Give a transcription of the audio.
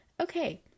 Okay